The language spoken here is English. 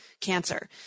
cancer